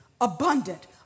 abundant